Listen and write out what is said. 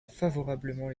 favorablement